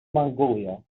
mongolia